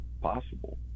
possible